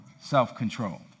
self-control